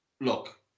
look